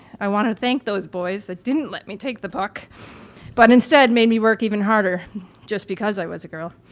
i want to thank those boys that didn't let me take the puck but instead made me work even harder just because i was a girl.